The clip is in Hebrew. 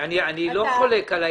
לא חולק על כך.